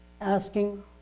asking